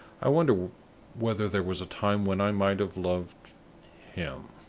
i wonder whether there was a time when i might have loved him?